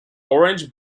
orange